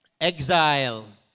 exile